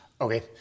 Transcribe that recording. Okay